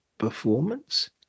performance